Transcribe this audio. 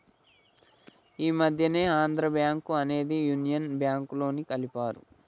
ఈ మధ్యనే ఆంధ్రా బ్యేంకు అనేది యునియన్ బ్యేంకులోకి కలిపారు